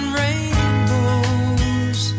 rainbows